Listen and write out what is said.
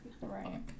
Right